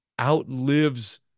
outlives